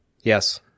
Yes